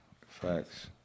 Facts